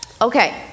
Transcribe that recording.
Okay